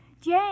Jane